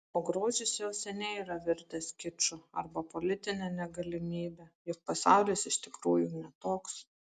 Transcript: o grožis jau seniai yra virtęs kiču arba politine negalimybe juk pasaulis iš tikrųjų ne toks